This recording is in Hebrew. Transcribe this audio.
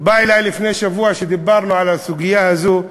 בא אלי לפני שבוע, כשדיברנו על הסוגיה הזאת,